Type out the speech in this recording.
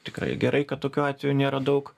tikrai gerai kad tokių atvejų nėra daug